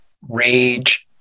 rage